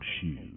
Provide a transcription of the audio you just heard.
shoes